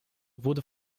wurde